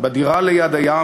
בדירה ליד הים,